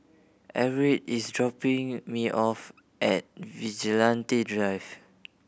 Everett is dropping me off at Vigilante Drive